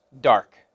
dark